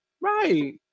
Right